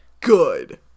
good